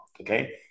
Okay